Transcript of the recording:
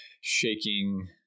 shaking